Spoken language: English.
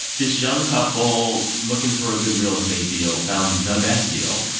this young couple looking for a good real estate deal found the best deal.